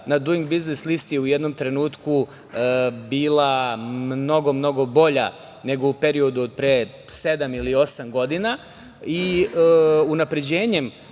na duing biznis listi u jednom trenutku je bila mnogo mnogo bolja nego u periodu od pre sedam ili osam godina i unapređenjem